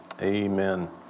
Amen